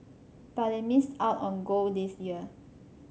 but it missed out on gold this year